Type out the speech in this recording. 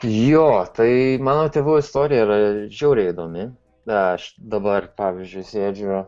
jo tai mano tėvų istorija yra žiauriai įdomi na aš dabar pavyzdžiui sėdžiu